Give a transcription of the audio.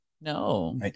No